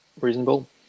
reasonable